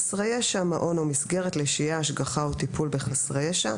מעון או מסגרת לשהייה, השגחה או טיפול בחסרי ישע.